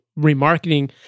remarketing